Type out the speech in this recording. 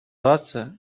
может